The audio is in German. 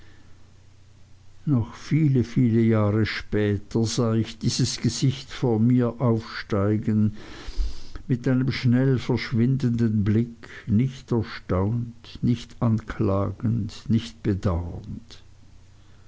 noch viele viele jahre später sah ich dieses gesicht vor mir aufsteigen mit einem schnell verschwindenden blick nicht erstaunt nicht anklagend nicht